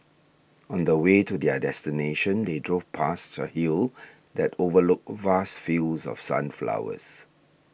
on the way to their destination they drove past a hill that overlooked vast fields of sunflowers